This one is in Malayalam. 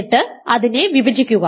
എന്നിട്ട് അതിനെ വിഭജിക്കുക